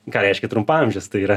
ką reiškia trumpaamžes tai yra